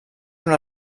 una